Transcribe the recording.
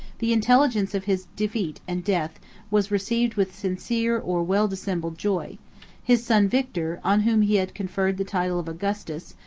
the intelligence of his defeat and death was received with sincere or well-dissembled joy his son victor, on whom he had conferred the title of augustus,